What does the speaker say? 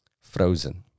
frozen